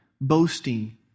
boasting